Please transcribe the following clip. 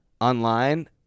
Online